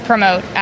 Promote